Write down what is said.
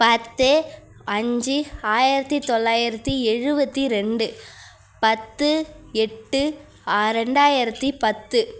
பத்து அஞ்சு ஆயிரத்தி தொள்ளாயிரத்தி எழுபத்தி ரெண்டு பத்து எட்டு ரெண்டாயிரத்தி பத்து